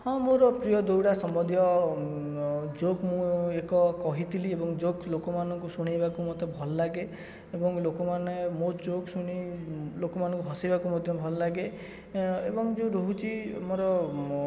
ହଁ ମୋର ପ୍ରିୟ ଦୌଡ଼ା ସମ୍ବନ୍ଧୀୟ ଜୋକ୍ ମୁଁ ଏକ କହିଥିଲି ଏବଂ ଜୋକ୍ ଲୋକମାନଙ୍କୁ ଶୁଣେଇବାକୁ ମୋତେ ଭଲଲାଗେ ଏବଂ ଲୋକମାନେ ମୋ ଜୋକ୍ ଶୁଣି ଲୋକମାନଙ୍କୁ ହସିବାକୁ ମଧ୍ୟ ଭଲ ଲାଗେ ଏଁ ଏବଂ ଯେଉଁ ରହୁଛି ମୋର